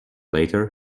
later